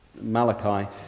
Malachi